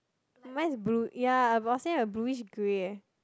mine's blue ya about the same as blueish grey eh